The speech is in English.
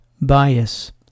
Bias